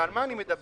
ועל מה אני מדבר?